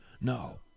No